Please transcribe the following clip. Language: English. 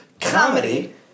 comedy